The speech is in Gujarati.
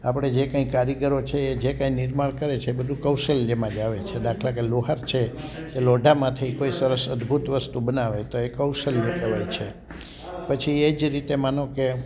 આપણે જે કંઈ કારીગરો છે એ જે કંઈ નિર્માણ કરે છે એ બધું કૌશલ્યમાં જ આવે છે દાખલા કે લુહાર છે એ લોઢામાંથી કોઈ સરસ અદભૂત વસ્તુ બનાવે તો એ કૌશલ્ય હોય છે પછી એજ રીતે માનો કે